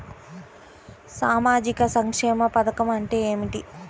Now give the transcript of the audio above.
సామాజిక సంక్షేమ పథకం అంటే ఏమిటి?